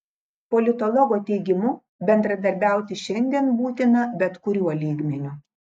politologo teigimu bendradarbiauti šiandien būtina bet kuriuo lygmeniu